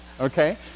Okay